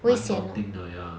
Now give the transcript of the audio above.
蛮 daunting 的 ya